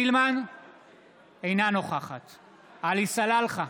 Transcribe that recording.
אינה נוכחת עלי סלאלחה,